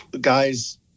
guys